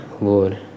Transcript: Lord